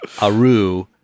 aru